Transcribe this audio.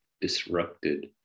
disrupted